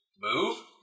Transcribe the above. Move